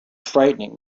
frightening